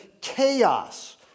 chaos